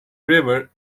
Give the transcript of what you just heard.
river